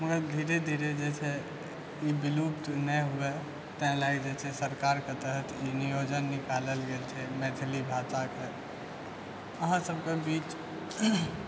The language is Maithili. मगर धीरे धीरे जे छै ई विलुप्त नहि होइ तैं लैके जे छै सरकारके तहत ई नियोजन निकालल गेल छै मैथिली भाषाके अहाँ सबके बीच